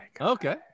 Okay